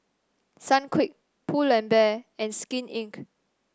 Sunquick Pull and Bear and Skin Inc